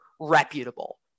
reputable